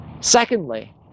Secondly